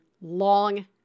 long